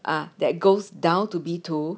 uh that goes down to B two